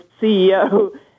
CEO